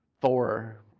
Thor